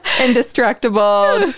Indestructible